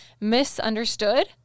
misunderstood